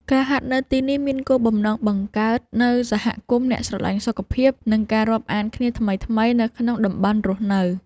ការហាត់នៅទីនេះមានគោលដៅបង្កើតនូវសហគមន៍អ្នកស្រឡាញ់សុខភាព និងការរាប់អានគ្នាថ្មីៗនៅក្នុងតំបន់រស់នៅ។